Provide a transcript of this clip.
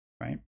right